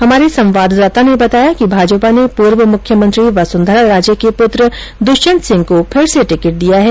हमारे संवाददाता ने बताया कि भाजपा ने पूर्व मुख्यमंत्री वसुंधरा राजे के पुत्र दृष्यंत सिंह को फिर से टिकिट दिया है